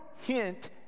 hint